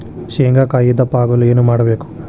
ಶೇಂಗಾಕಾಯಿ ದಪ್ಪ ಆಗಲು ಏನು ಮಾಡಬೇಕು?